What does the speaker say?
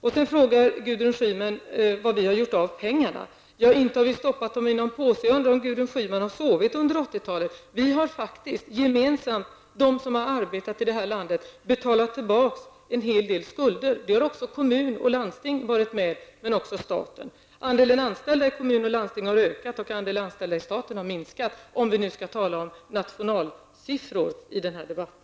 Gudrun Schyman frågar vad vi har gjort av pengarna. Ja, inte har vi stoppat dem i någon påse. Jag undrar om Gudrun Schyman har sovit under 80 talet. Vi som har arbetat i vårt land har gemensamt betalat tillbaka en hel del skulder. Det har både kommuner och landsting bidragit till, men också staten. För att redovisa uppgifter på riksnivå kan jag peka på att andelen anställda i kommuner och landsting har ökat, medan andelen anställda i staten har minskat.